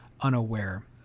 unaware